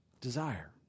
desire